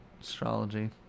astrology